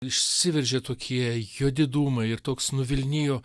išsiveržė tokie juodi dūmai ir toks nuvilnijo